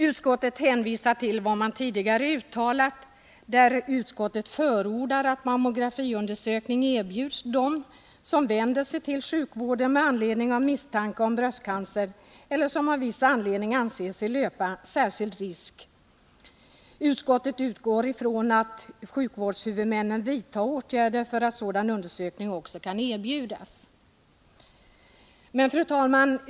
Utskottet hänvisar till sina tidigare uttalanden, där utskottet förordar att mammografiundersökning erbjuds dem som vänder sig till sjukvården med anledning av misstanke om bröstcancer eller som av viss anledning anser sig löpa särskild risk. Utskottet utgår från att sjukvårdshuvudmännen vidtar åtgärder för att sådan undersökning också kan erbjudas. Fru talman!